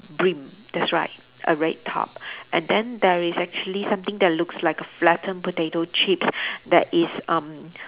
brink that's right a red top and then there is actually something that looks like a flattened potato chip that is um